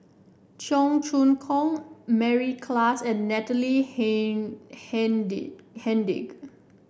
Cheong Choong Kong Mary Klass and Natalie Hennedige